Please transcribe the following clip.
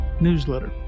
newsletter